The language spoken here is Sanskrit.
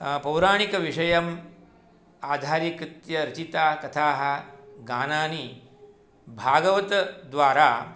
पौराणिकविषयम् आधारीकृत्य रचिताः कथाः गानानि भागवतद्वारा